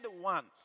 one